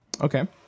Okay